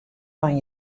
fan